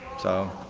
so.